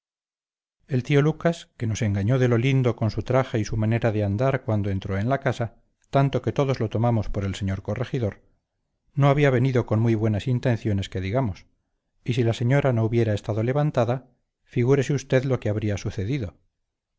el tío lucas que nos engañó de lo lindo con su traje y su manera de andar cuando entró en la casa tanto que todos lo tomamos por el señor corregidor no había venido con muy buenas intenciones que digamos y si la señora no hubiera estado levantada figúrese usted lo que habría sucedido